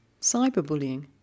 Cyberbullying